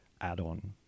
add-on